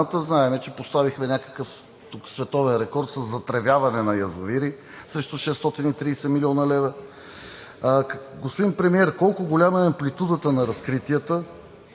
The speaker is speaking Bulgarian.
страната? Знаем, че поставихме някакъв тук световен рекорд със затревяване на язовири срещу 630 млн. лв. Господин Премиер, колко голяма е амплитудата на разкритията?